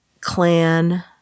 clan